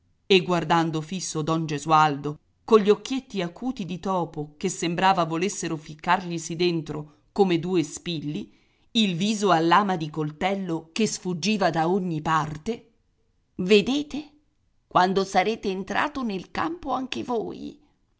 e guardando fisso don gesualdo cogli occhietti acuti di topo che sembrava volessero ficcarglisi dentro come due spilli il viso a lama di coltello che sfuggiva da ogni parte vedete quando sarete entrato nel campo anche voi